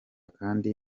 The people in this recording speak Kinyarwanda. kandi